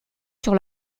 sur